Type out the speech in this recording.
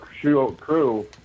crew